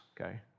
okay